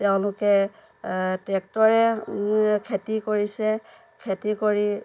তেওঁলোকে টেক্ট্ৰৰে খেতি কৰিছে খেতি কৰি